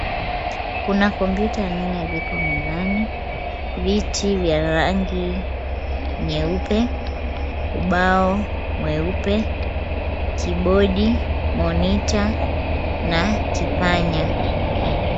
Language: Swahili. Kuna kompyuta nne zipo mezani, viti vya rangi nyeupe, ubao mweupe, kibodi, monitor na kipanya.